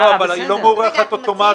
אבל היא לא מוארכת אוטומטית.